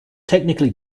technically